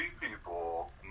people